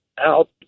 out